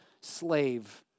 slave